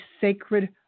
sacred